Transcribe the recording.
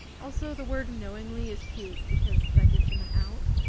also, the word and knowingly is cute because that gives them an out.